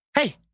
hey